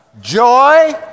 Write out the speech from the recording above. joy